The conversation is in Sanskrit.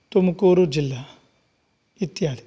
तुमकूरुजिल्ला इत्यादि